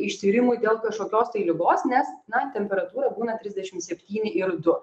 ištyrimui dėl kažkokios tai ligos nes na temperatūra būna trisdešim septyni ir du